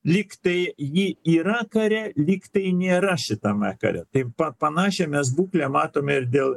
lyg tai ji yra kare lyg tai nėra šitame kare taip pat panašią mes būklę matome ir dėl